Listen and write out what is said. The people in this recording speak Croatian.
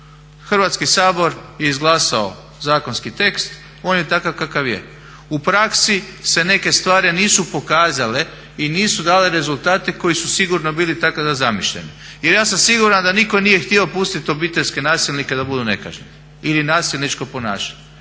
Hrvatski sabor je izglasao zakonski tekst, on je takav kakav je. u praksi se neke stvari nisu pokazale i nisu dale rezultate koji su sigurno bili tako zamišljeni jer ja sam siguran da nitko nije htio pustiti obiteljske nasilnike da budu nekažnjeni ili nasilničko ponašanje,